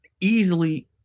Easily